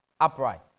upright